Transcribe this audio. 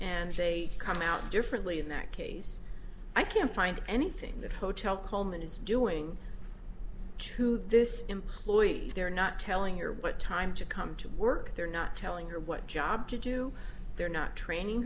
and they come out differently in that case i can't find anything that hotel coleman is doing to this employee they're not telling her what time to come to work they're not telling her what job to do they're not training